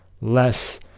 less